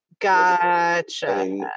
gotcha